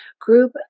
Group